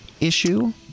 issue